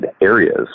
areas